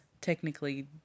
technically